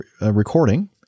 recording